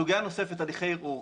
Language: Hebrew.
סוגיה נוספת היא הליכי ערעור.